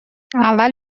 اول